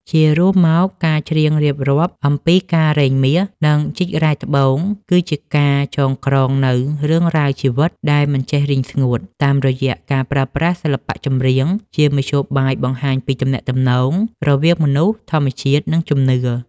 ជារួមមក ការច្រៀងរៀបរាប់អំពីការរែងមាស និងជីករ៉ែត្បូង គឺជាការចងក្រងនូវរឿងរ៉ាវជីវិតដែលមិនចេះរីងស្ងួត តាមរយៈការប្រើប្រាស់សិល្បៈចម្រៀងជាមធ្យោបាយបង្ហាញពីទំនាក់ទំនងរវាងមនុស្ស ធម្មជាតិ និងជំនឿ។